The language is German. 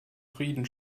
frieden